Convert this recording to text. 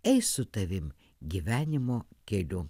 eis su tavim gyvenimo keliu